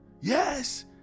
Yes